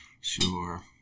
Sure